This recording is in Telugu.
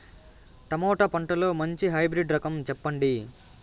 టమోటా పంటలో మంచి హైబ్రిడ్ రకం చెప్పండి?